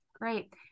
Great